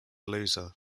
loser